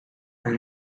are